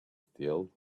still